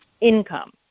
income